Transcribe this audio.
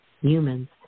humans